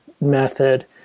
method